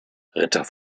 ritter